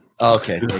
Okay